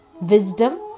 wisdom